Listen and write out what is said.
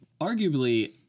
arguably